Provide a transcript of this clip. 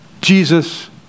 Jesus